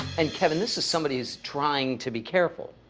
and, kevin, this is somebody's trying to be careful.